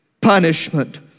punishment